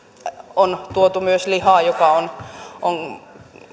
on tuotu myös lihaa joka on on